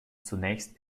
zunächst